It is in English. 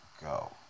go